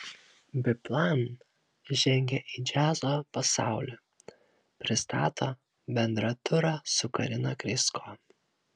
biplan žengia į džiazo pasaulį pristato bendrą turą su karina krysko